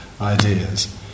ideas